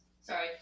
Sorry